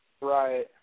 Right